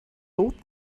thought